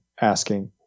asking